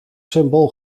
symbool